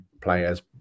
players